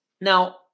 now